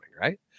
right